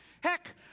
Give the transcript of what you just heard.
Heck